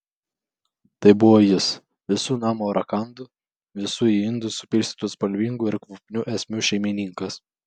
tai buvo jis visų namo rakandų visų į indus supilstytų spalvingų ir kvapnių esmių šeimininkas